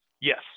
Yes